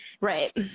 Right